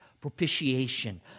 Propitiation